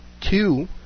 two